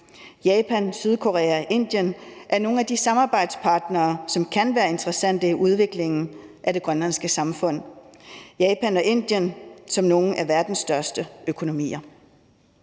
Japan, Sydkorea og Indien er nogle af de samarbejdspartnere, som kan være interessante i udviklingen af det grønlandske samfund – Japan og Indien som nogle af verdens største økonomier.